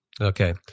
Okay